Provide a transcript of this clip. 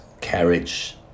carriage